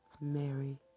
Mary